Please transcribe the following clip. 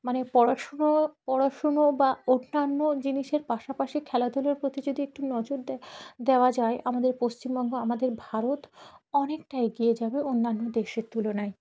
মানে পড়াশুনো পড়াশুনো বা অন্যান্য জিনিসের পাশাপাশি খেলাধুলোর প্রতি যদি একটু নজর দেয় দেওয়া যায় আমাদের পশ্চিমবঙ্গ আমাদের ভারত অনেকটাই এগিয়ে যাবে অন্যান্য দেশের তুলনায়